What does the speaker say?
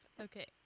Okay